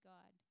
God